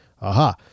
Aha